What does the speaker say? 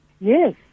Yes